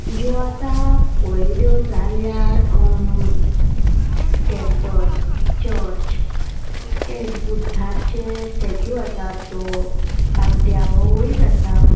ज्यो आतां पळयल्यो जाल्यार टेम्पल्स चर्च एक बुध्दाचे स्टेच्यू आसा जो पाड्ड्यां हो वयर आसा